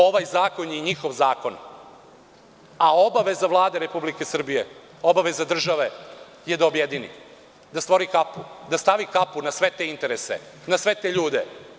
Ovaj zakon je njihov zakon, a obaveza Vlade Republike Srbije, obaveza države je da objedini, da stavi kapu na sve te interese, na sve te ljude.